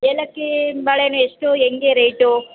ಎಲಕ್ಕಿ ಬಾಳೆಹಣ್ಣು ಎಷ್ಟು ಹೆಂಗೆ ರೇಟು